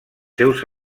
seus